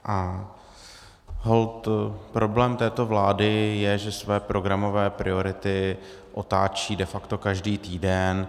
A holt problém této vlády je, že své programové priority otáčí de facto každý týden.